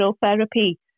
therapy